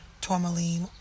tourmaline